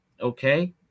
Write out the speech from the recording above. okay